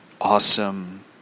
awesome